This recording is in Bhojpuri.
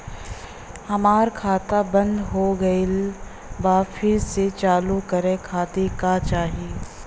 हमार खाता बंद हो गइल बा फिर से चालू करा खातिर का चाही?